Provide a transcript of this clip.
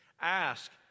Ask